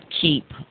keep